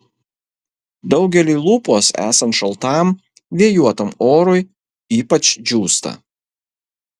daugeliui lūpos esant šaltam vėjuotam orui ypač džiūsta